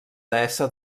deessa